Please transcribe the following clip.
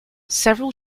several